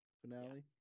finale